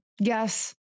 yes